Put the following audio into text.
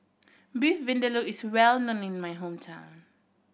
Beef Vindaloo is well known in my hometown